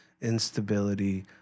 instability